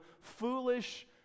foolish